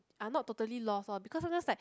are not totally lost lor because sometimes like